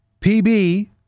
PB